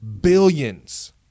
Billions